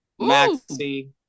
Maxi